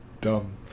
dumb